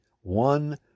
one